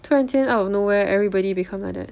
突然间 out of nowhere everybody become like that